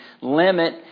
limit